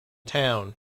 town